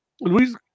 Luis